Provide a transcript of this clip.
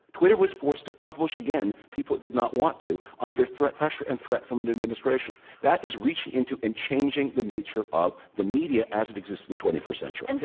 twitter was forced to publish, again, people it did not want to, under threat pressure and threat from an administration. that is reaching into and changing the nature of the media as it exists in the twenty first century. yeah